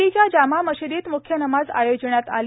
दिल्लीच्या जामा मशिदीत म्ख्य नमाज आयोजिण्यात आली